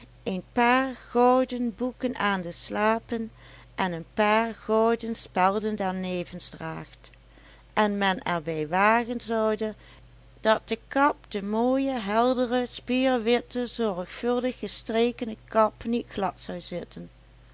een paar gouden boeken aan de slapen en een paar gouden spelden daarnevens draagt en men er bij wagen zoude dat de kap de mooie heldere spierwitte zorgvuldig gestrekene kap niet glad zou zitten